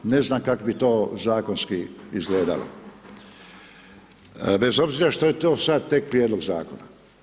Ne znam kako bi to zakonski izgledalo, bez obzira što je to sad tek prijedlog zakona.